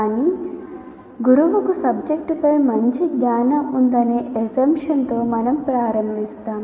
కానీ గురువుకు సబ్జెక్టుపై మంచి జ్ఞానం ఉందనే assumption తో మనం ప్రారంభిస్తాం